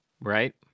right